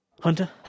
Hunter